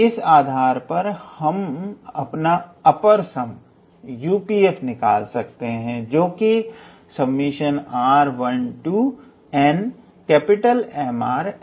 इसके आधार पर हम अपना अपर सम UPf निकाल सकते हैं जो कि है